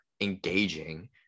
engaging